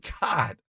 God